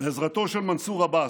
בעזרתו של מנסור עבאס.